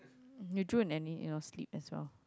you drool in any in your sleep as well